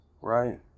right